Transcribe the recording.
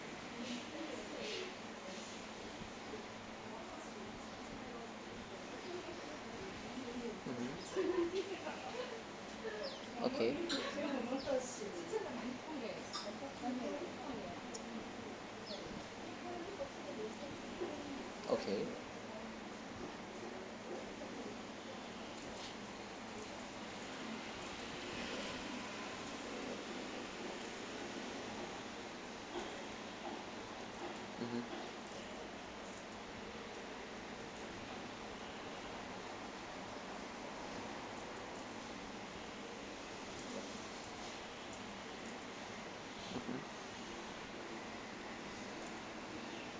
mmhmm okay okay mmhmm mmhmm